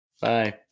bye